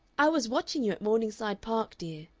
i was watching you at morningside park, dear,